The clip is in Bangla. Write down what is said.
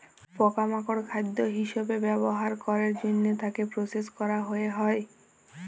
পকা মাকড় খাদ্য হিসবে ব্যবহার ক্যরের জনহে তাকে প্রসেস ক্যরা হ্যয়ে হয়